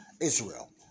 Israel